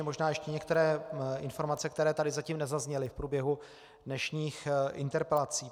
Možná ještě některé informace, které zatím nezazněly v průběhu dnešních interpelací.